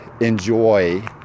enjoy